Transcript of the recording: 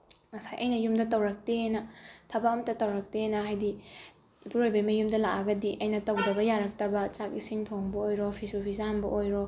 ꯉꯁꯥꯏ ꯑꯩꯅ ꯌꯨꯝꯗ ꯇꯧꯔꯛꯇꯦꯑꯅ ꯊꯕꯛ ꯑꯝꯇ ꯇꯧꯔꯛꯇꯦꯅ ꯍꯥꯏꯗꯤ ꯏꯄꯨꯔꯣꯏꯕꯩ ꯃꯌꯨꯝꯗ ꯂꯥꯛꯑꯒꯗꯤ ꯑꯩꯅ ꯇꯧꯗꯕ ꯌꯥꯔꯛꯇꯕ ꯆꯥꯛ ꯏꯁꯤꯡ ꯊꯣꯡꯕ ꯑꯣꯏꯔꯣ ꯐꯤꯁꯨ ꯐꯤꯖꯥꯝꯕ ꯑꯣꯏꯔꯣ